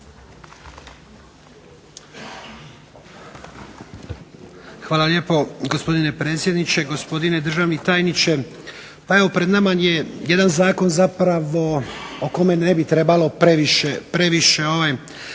Hvala lijepo gospodine predsjedniče, gospodine državni tajniče. Pa evo, pred nama je jedan zakon zapravo o kome ne bi trebalo previše govoriti.